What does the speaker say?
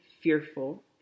fearful